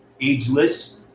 ageless